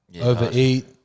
overeat